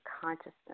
consciousness